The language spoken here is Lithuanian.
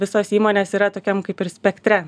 visos įmonės yra tokiam kaip ir spektre